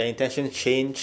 their intentions changed